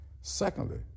Secondly